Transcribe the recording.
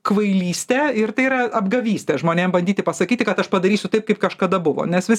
kvailystė ir tai yra apgavystė žmonėm bandyti pasakyti kad aš padarysiu taip kaip kažkada buvo nes vis